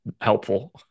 helpful